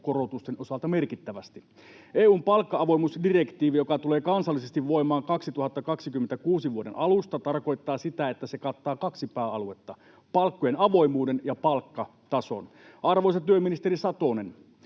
korotusten osalta merkittävästi. EU:n palkka-avoimuusdirektiivi, joka tulee kansallisesti voimaan vuoden 2026 alusta, tarkoittaa sitä, että se kattaa kaksi pääaluetta: palkkojen avoimuuden ja palkkatason. Arvoisa työministeri Satonen,